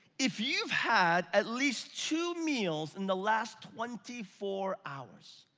if you've had at least two meals in the last twenty four hours,